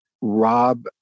Rob